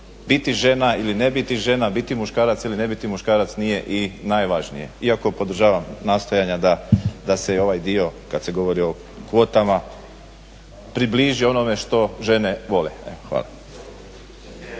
biti žena ili ne biti žena, biti muškarac ili ne biti muškarac nije i najvažnije. Iako podržavam nastojanja da se ovaj dio kad se govori o kvotama približi onome što žene vole. Hvala.